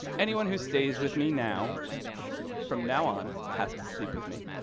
anyone who stays with me now from now on has to sleep with me.